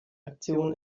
aktion